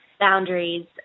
boundaries